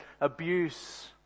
abuse